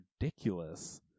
ridiculous